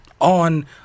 on